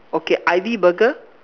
okay ebi Burger